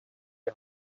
die